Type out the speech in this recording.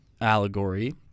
allegory